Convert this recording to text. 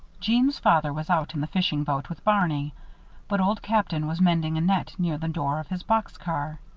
jeanne's father was out in the fishing boat with barney but old captain was mending a net near the door of his box-car.